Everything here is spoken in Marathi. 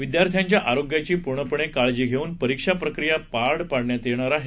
विद्यार्थ्यांच्या आरोग्याची पूर्णपणे काळजी घेऊन परीक्षा प्रक्रिया पार पाडण्यात येणार आहे